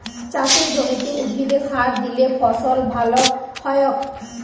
চাসের জমিতে উদ্ভিদে সার দিলে ফসল ভাল হ্য়য়ক